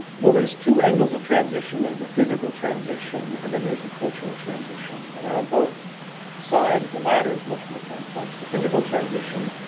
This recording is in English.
well, there's two angles of transition there's the physical transition and then there's the cultural transition. and out of both sides, the latter is much more complex. the physical transition,